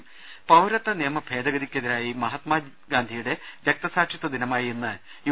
രദേശ പൌരത്വ നിയമ ഭേദഗതിക്കെതിരായി മഹാത്മജിയുടെ രക്തസാക്ഷിത്വദിനമായ ഇന്ന് യു